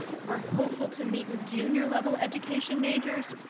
we're hopeful to meet with junior level education majors.